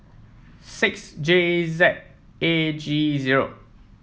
six J Z A G zero